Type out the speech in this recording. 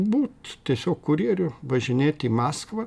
būt tiesiog kurjeriu važinėt į maskvą